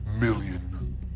million